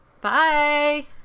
Bye